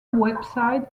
website